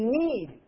need